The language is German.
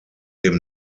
dem